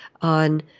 on